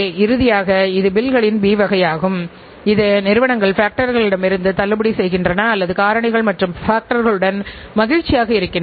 சிறந்த விநியோகத் தேவை வாடிக்கையாளர் திருப்தி தேவை